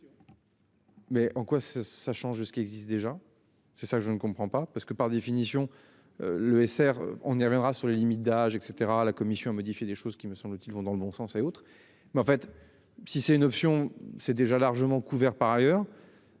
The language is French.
Mais en quoi ce ça change de ce qui existe déjà. C'est ça que je ne comprends pas, parce que par définition. Le SR. On y reviendra sur les limites d'âge et cetera. La Commission modifier des choses qui me semble-t-il, vont dans le bon sens et autres mais en fait si c'est une option, c'est déjà largement couvert par ailleurs.